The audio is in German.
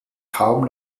kaum